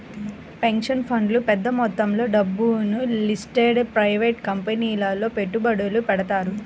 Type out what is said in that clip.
pension ఫండ్లు పెద్ద మొత్తంలో డబ్బును లిస్టెడ్ ప్రైవేట్ కంపెనీలలో పెట్టుబడులు పెడతారు